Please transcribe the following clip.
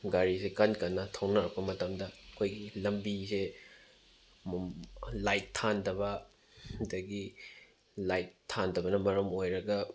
ꯒꯥꯔꯤꯁꯦ ꯀꯟ ꯀꯟꯅ ꯊꯧꯅꯔꯛꯄ ꯃꯇꯝꯗ ꯑꯩꯈꯣꯏꯒꯤ ꯂꯝꯕꯤꯁꯦ ꯂꯥꯏꯠ ꯊꯥꯟꯗꯕ ꯑꯗꯒꯤ ꯂꯥꯏꯠ ꯊꯥꯟꯗꯕꯅ ꯃꯔꯝ ꯑꯣꯏꯔꯒ